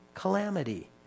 calamity